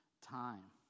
time